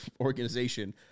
organization